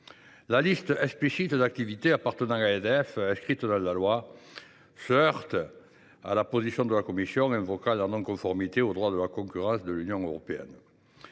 La liste explicite d’activités appartenant à EDF, inscrite dans la loi, se heurte à la position de la commission, laquelle invoque la non conformité du texte au droit de la concurrence de l’Union européenne.